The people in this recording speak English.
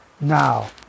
Now